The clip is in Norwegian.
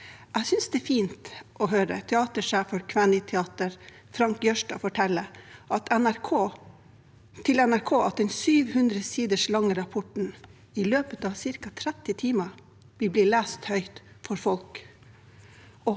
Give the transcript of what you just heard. Jeg synes det er fint å høre teatersjef for Kvääniteatteri, Frank Jørstad, fortelle til NRK at den 700 siders lange rapporten i løpet av ca. 30 timer vil bli lest høyt for folket